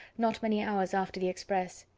not many hours after the express.